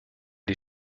die